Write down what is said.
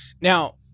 Now